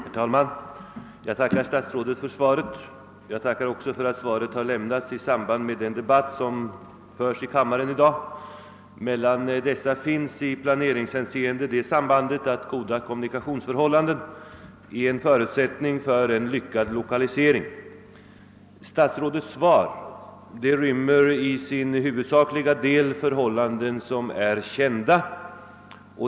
Herr talman! Jag tackar statsrådet för svaret. Jag tackar också för att svaret har lämnats under den debatt som förs i kammaren i dag. Mellan dessa frågor finns i planeringshänseende det sambandet, att goda kommunikationsförhållanden är en förutsättning för lyckad lokalisering. Statsrådets svar rymmer i sin huvudsakliga del förhållanden som är kända.